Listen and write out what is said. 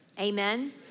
Amen